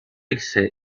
irse